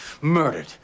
murdered